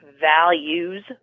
values